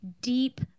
deep